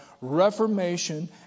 reformation